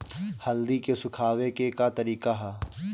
हल्दी के सुखावे के का तरीका ह?